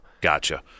Gotcha